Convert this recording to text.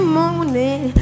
morning